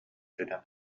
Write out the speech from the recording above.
сүтэн